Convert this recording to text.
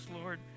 Lord